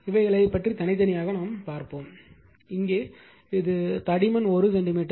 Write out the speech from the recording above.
இவைகளை பற்றி தனித்தனியாக பார்ப்போம் இங்கே இது தடிமன் 1 சென்டிமீட்டர்